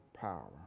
power